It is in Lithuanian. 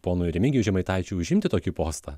ponui remigijui žemaitaičiui užimti tokį postą